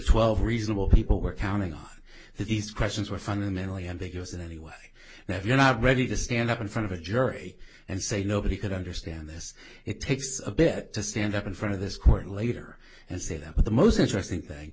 twelve reasonable people we're counting on these questions were fundamentally ambiguous in any way that you're not ready to stand up in front of a jury and say nobody could understand this it takes a bit to stand up in front of this court later and say that but the most interesting